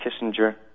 Kissinger